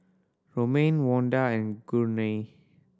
Romaine Vonda and Gurney